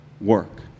work